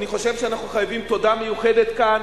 אני חושב שאנחנו חייבים תודה מיוחדת כאן